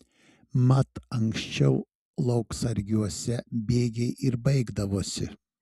mat anksčiau lauksargiuose bėgiai ir baigdavosi